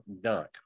Dunk